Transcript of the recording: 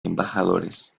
embajadores